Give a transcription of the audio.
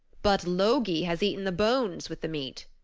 but logi has eaten the bones with the meat,